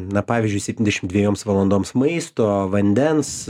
na pavyzdžiui septydešim dvejoms valandoms maisto vandens